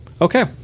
Okay